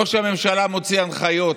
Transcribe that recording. ראש הממשלה מוציא הנחיות,